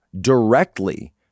directly